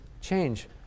change